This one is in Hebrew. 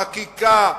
בחקיקה,